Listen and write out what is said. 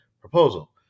proposal